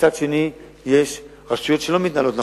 ומצד שני יש רשויות שלא מתנהלות נכון,